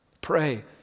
Pray